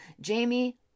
Jamie